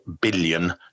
billion